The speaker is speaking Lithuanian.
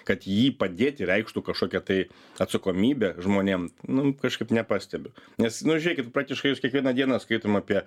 kad jį padėti reikštų kažkokią tai atsakomybę žmonėm nu kažkaip nepastebiu nes nu žiūrėkit praktiškai jūs kiekvieną dieną skaitom apie